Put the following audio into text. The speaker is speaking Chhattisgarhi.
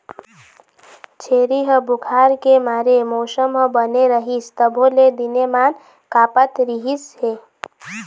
छेरी ह बुखार के मारे मउसम ह बने रहिस तभो ले दिनेमान काँपत रिहिस हे